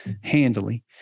handily